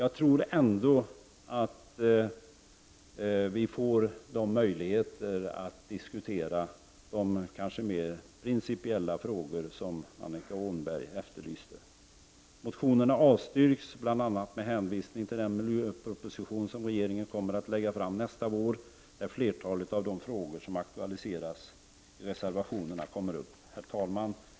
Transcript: Jag tror ändå att vi får möjlighet att föra en sådan principiell diskussion som Annika Åhnberg efterlyste. Motionerna avstyrks med hänvisning till bl.a. den miljöproposition som regeringen avser att lägga fram nästa år och där flertalet av de frågor som tagits upp i reservationerna kommer att aktualiseras. Herr talman!